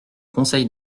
conseil